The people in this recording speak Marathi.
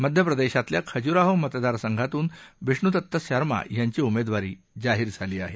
मध्यप्रदेशातल्या खजुराहो मतदारसंघातून बिष्णू दत्त शर्मा यांची उमेदवारी जाहीर झाली आहे